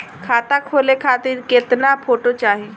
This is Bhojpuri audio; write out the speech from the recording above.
खाता खोले खातिर केतना फोटो चाहीं?